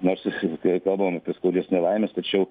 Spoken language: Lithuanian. nors ir kalbam apie skaudžias nelaimes tačiau